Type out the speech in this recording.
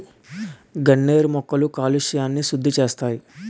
గన్నేరు మొక్కలు కాలుష్యంని సుద్దిసేస్తాయి